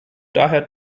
daher